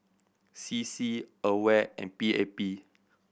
C C AWARE and P A P